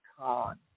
con